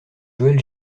joël